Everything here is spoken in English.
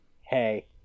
Hey